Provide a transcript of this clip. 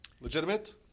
legitimate